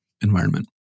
environment